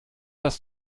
das